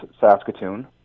saskatoon